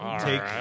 Take